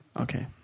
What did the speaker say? Okay